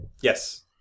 Yes